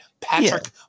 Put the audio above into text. Patrick